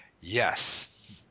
yes